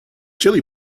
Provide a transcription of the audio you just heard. chili